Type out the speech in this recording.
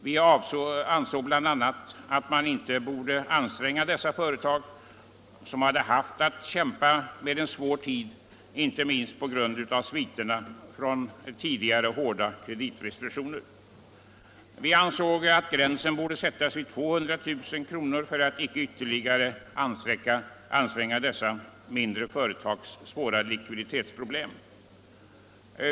Vi ansåg bl.a. att man inte borde anstränga dessa företag, som hade haft att kämpa med en svår tid, inte minst på grund av sviterna från tidigare hårda kreditrestriktioner. Vi ansåg att man borde sätta gränsen vid 200 000 kr. för att inte ytterligare öka dessa mindre företags svåra likviditetsproblem.